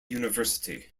university